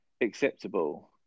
acceptable